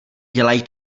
dělají